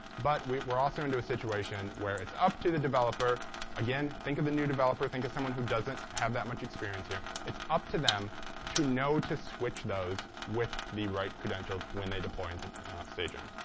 but we're we're also into a situation where it's up to the developer again, think of the new developer. think of someone who doesn't have that much experience here. it's up to them to know to switch those with the right credentials when they deploy into staging.